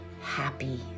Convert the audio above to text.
happy